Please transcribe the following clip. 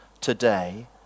today